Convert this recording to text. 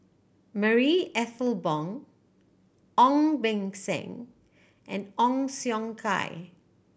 Marie Ethel Bong Ong Beng Seng and Ong Siong Kai